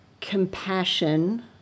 compassion